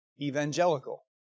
evangelical